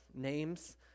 names